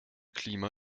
klima